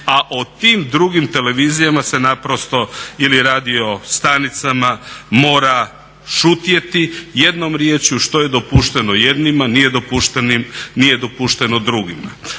a o tim drugim televizijama se naprosto ili radio stanicama mora šutjeti. Jednom riječju, što je dopušteno jednima nije dopušteno drugima.